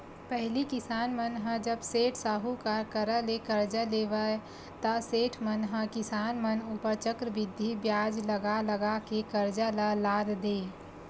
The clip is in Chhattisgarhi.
पहिली किसान मन ह जब सेठ, साहूकार करा ले करजा लेवय ता सेठ मन ह किसान मन ऊपर चक्रबृद्धि बियाज लगा लगा के करजा म लाद देय